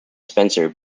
spencer